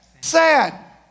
Sad